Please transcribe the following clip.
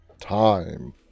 time